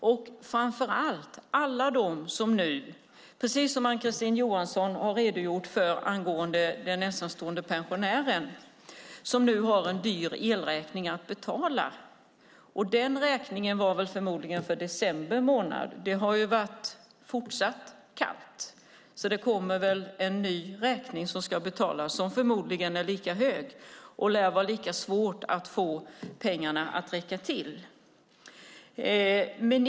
Framför allt handlar det om alla dem som nu har en hög elräkning att betala, precis som den ensamstående pensionär som Ann-Kristine Johansson redogjorde för. Den räkningen var förmodligen för december månad. Nu har det ju varit fortsatt kallt, så det kommer väl en ny räkning som förmodligen är lika hög som ska betalas. Det lär vara lika svårt att få pengarna att räcka till den.